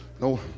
no